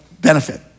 benefit